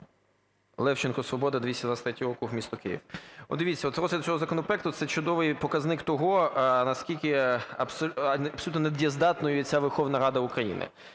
Левченко, "Свобода", 223 округ, місто Київ. От, дивіться, от розгляд цього законопроекту – це чудовий показник того, наскільки абсолютно недієздатною є ця Верховна Рада України.